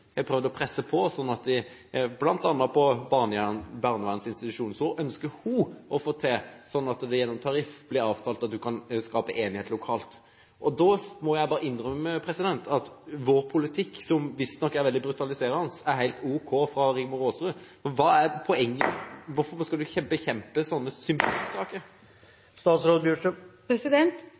har prøvd å presse på sånn at hun bl.a. når det gjelder barnevernsinstitusjoner, ønsker å få det til sånn at det gjennom tariff blir avtalt at man kan skape enighet lokalt. Da må jeg bare innrømme at det ser ut til at vår politikk, som visstnok er veldig brutaliserende, er helt ok for Rigmor Aasrud. Hva er poenget – hvorfor skal statsråden bekjempe sånne symbolsaker?